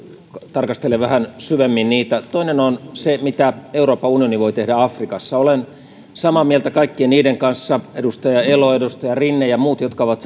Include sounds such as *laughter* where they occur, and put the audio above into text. tarkastelen vähän syvemmin niitä toinen on se mitä euroopan unioni voi tehdä afrikassa olen samaa mieltä kaikkien niiden kanssa edustaja elo edustaja rinne ja muut jotka ovat *unintelligible*